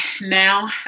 now